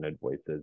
voices